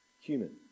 human